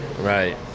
right